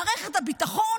מערכת הביטחון,